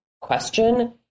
question